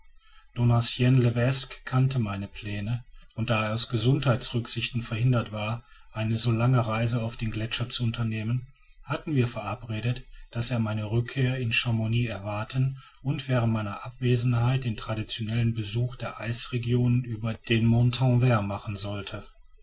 levesque kannte meine pläne und da er aus gesundheitsrücksichten verhindert war eine so lange reise auf den gletschern zu unternehmen hatten wir verabredet daß er meine rückkehr in chamouni erwarten und während meiner abwesenheit den traditionellen besuch der eisregionen über den montanvert machen sollte